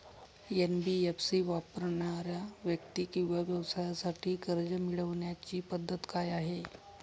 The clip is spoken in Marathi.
एन.बी.एफ.सी वापरणाऱ्या व्यक्ती किंवा व्यवसायांसाठी कर्ज मिळविण्याची पद्धत काय आहे?